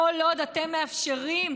כל עוד אתם מאפשרים,